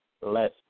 less